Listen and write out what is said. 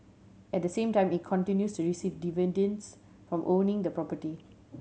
at the same time it continues to receive dividends from owning the property